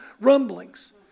rumblings